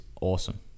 awesome